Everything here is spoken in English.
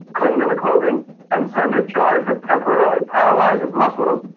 cling to the clothing and send a charge that temporarily paralyzes muscles,